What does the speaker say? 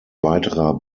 weiterer